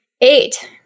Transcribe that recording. eight